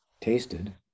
tasted